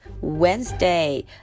Wednesday